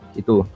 itu